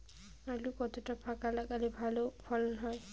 আলু কতটা ফাঁকা লাগে ভালো ফলন হয়?